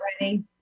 ready